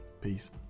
peace